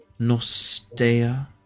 Nostea